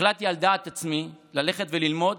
החלטתי על דעת עצמי ללכת וללמוד